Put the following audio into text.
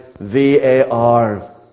V-A-R